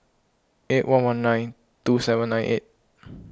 eight one one nine two seven nine eight